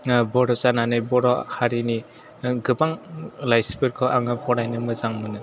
बर' जानानै बर' हारिनि गोबां लाइसिफोरखौ आङो फरायनो मोजां मोनो